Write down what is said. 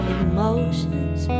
emotions